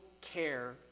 care